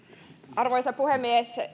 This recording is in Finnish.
arvoisa puhemies